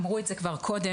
אמרו את זה כבר קודם.